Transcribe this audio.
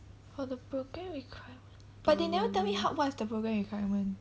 but the programme requirement but they never tell me how what is the programme requirement